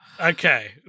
Okay